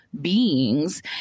beings